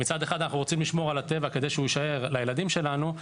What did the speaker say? כי אנחנו רוצים לשמור על הטבע כדי שיישאר לילדים שלנו,